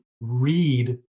read